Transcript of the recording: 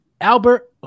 Albert